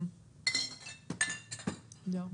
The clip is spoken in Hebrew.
זהו.